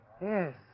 Yes